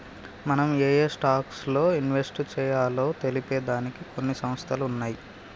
మనం ఏయే స్టాక్స్ లో ఇన్వెస్ట్ చెయ్యాలో తెలిపే దానికి కొన్ని సంస్థలు ఉన్నయ్యి